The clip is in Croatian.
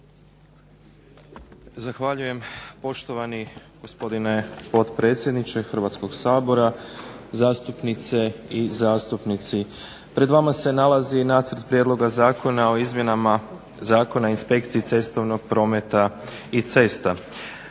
Zahvaljujem poštovani gospodine potpredsjedniče Hrvatskog sabora, zastupnice i zastupnici. Pred vama se nalazi nacrt prijedloga Zakona o izmjenama Zakona o inspekciji cestovnog prometa i cesta.